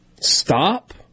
Stop